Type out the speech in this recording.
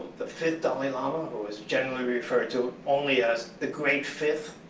the fifth dalai lama, who was generally referred to only as the great fifth,